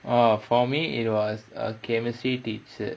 oh for me it was a chemistry teacher